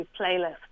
playlist